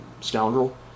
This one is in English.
Scoundrel